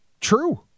true